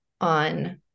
on